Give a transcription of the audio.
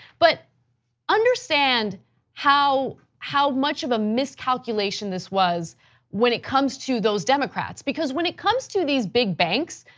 but understand how how much of a miscalculation this was when it comes to those democrats because when it comes to these big banks,